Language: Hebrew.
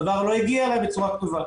הדבר לא הגיע אלי בצורה כתובה.